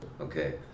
Okay